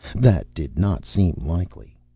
that did not seem likely.